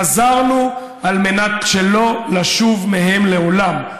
חזרנו על מנת שלא לשוב מהם לעולם.